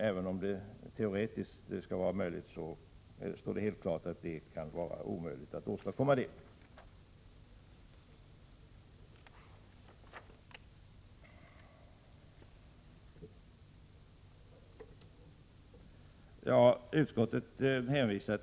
Det är kanske teoretiskt möjligt, men det står helt klart att det i praktiken är omöjligt att åstadkomma det.